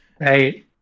Right